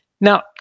Now